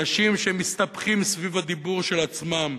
אנשים שמסתבכים סביב הדיבור של עצמם.